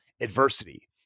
adversity